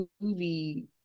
movie